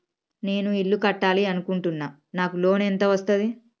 నేను ఇల్లు కట్టాలి అనుకుంటున్నా? నాకు లోన్ ఎంత వస్తది?